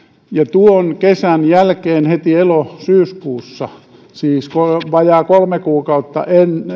tuon kesän jälkeen heti elo syyskuussa siis vajaa kolme kuukautta